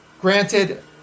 Granted